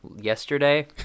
yesterday